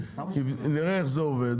שנראה איך זה עובד,